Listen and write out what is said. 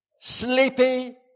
sleepy